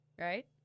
right